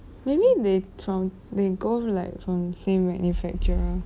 maybe they from they go like same manufacturer